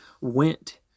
went